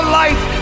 life